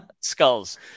skulls